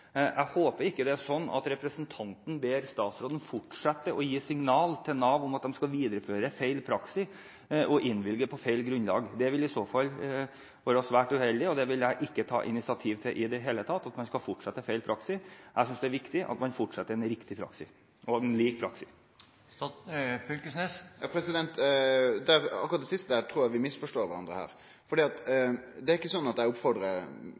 Jeg håper ikke det er sånn at representanten Knag Fylkesnes ber statsråden fortsette å gi signaler til Nav om at de skal videreføre feil praksis og innvilge opplæringspenger på feil grunnlag. Det ville i så fall være svært uheldig, og jeg vil ikke ta initiativ i det hele tatt til at man skal fortsette feil praksis. Jeg synes det er viktig at man fortsetter med en riktig praksis og lik praksis. Når det gjeld det siste, trur eg vi misforstår kvarandre. Det er